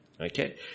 Okay